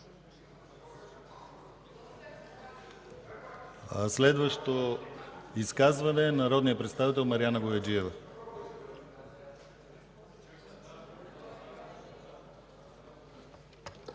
Следващо изказване – народният представител Мариана Бояджиева.